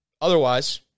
Otherwise